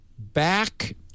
Back